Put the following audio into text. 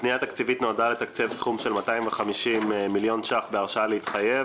נועדה לתקצב סכום של 250 מיליון ש"ח בהרשאה להתחייב